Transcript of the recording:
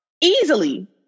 easily